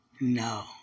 No